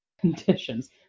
conditions